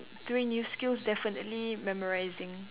three new skills definitely memorising